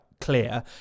clear